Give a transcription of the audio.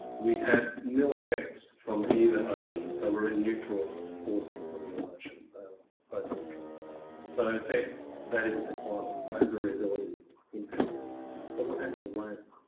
we had an ill effects from either ocean so we're in neutral forcing from in ocean both neutral so in fact that is the climate no variability impacting us somewhat enter the rain